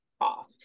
off